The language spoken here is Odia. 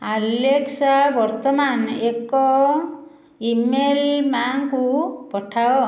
ଆଲେକ୍ସା ବର୍ତ୍ତମାନ ଏକ ଇମେଲ୍ ମା'ଙ୍କୁ ପଠାଅ